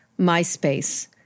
MySpace